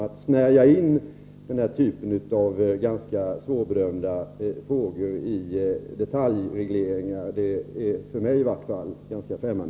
Att snärja in den här typen av ganska svårbedömda frågor i detaljregleringar är i vart fall för mig ganska främmande.